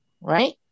right